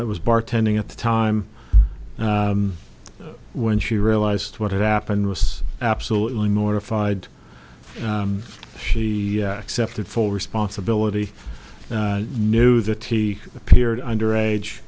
that was bartending at the time when she realized what had happened was absolutely mortified she accepted full responsibility knew that t appeared under age